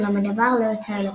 אולם הדבר לא יצא אל הפועל.